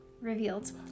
revealed